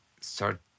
start